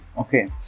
okay